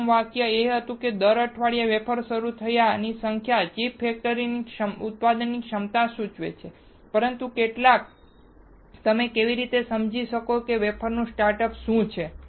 પ્રથમ વાક્ય એ હતું કે દર અઠવાડિયે વેફર શરૂ થવાની સંખ્યા ચિપ ફેક્ટરીની ઉત્પાદન ક્ષમતા સૂચવે છે પરંતુ કેટલા તમે કેવી રીતે સમજી શકો કે વેફર સ્ટાર્ટ શું છે